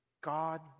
God